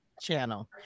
channel